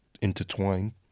intertwined